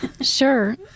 Sure